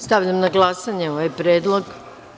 Stavljam na glasanje ovaj predlog.